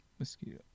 Mosquito